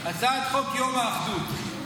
הצעת חוק יום האחדות.